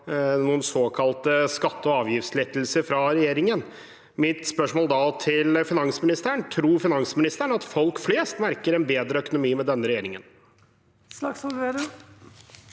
noen såkalte skatte- og avgiftslettelser fra regjeringen. Mitt spørsmål til finansministeren er: Tror finansministeren at folk flest merker en bedre økonomi med denne regjeringen? Ka ri